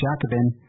Jacobin